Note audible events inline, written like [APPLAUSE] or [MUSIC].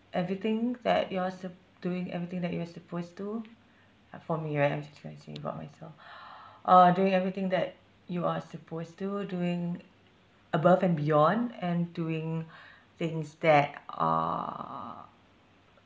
everything that you're sup~ doing everything that you're supposed to uh for me right actually I say about myself [BREATH] uh doing everything that you are supposed to doing above and beyond and doing [BREATH] things that are